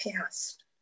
past